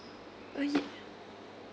orh yeah